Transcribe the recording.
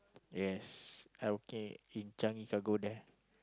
yes I working in Changi cargo there